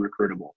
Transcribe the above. recruitable